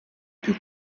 più